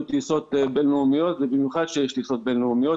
טיסות בין-לאומית ובמיוחד כשיש טיסות בין-לאומיות.